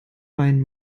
weinen